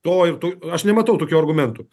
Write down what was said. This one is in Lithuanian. to ir t aš nematau tokių argumentų